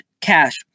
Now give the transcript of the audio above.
cash